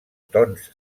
tons